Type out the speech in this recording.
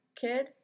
kid